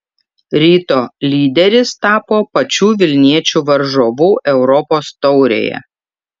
ryto lyderis tapo pačių vilniečių varžovu europos taurėje